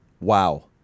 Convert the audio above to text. Wow